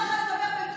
ואפשר לדבר בשפה הערבית.